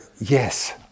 yes